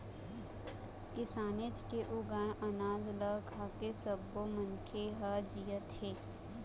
किसानेच के उगाए अनाज ल खाके सब्बो मनखे ह जियत हे